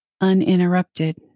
uninterrupted